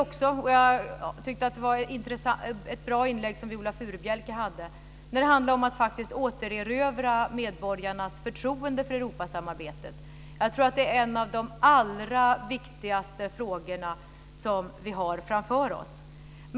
Jag tyckte att det var ett bra inlägg som Viola Furubjelke hade om att återerövra medborgarnas förtroende för Europasamarbetet. Jag tror att det är en av de allra viktigaste frågor som vi har framför oss.